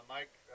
Mike